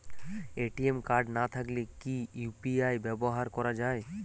ATM card না থাকলে কি ইউ.পি.আই ব্যবহার করা য়ায়?